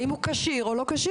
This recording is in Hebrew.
האם הוא כשיר או לא כשיר.